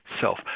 self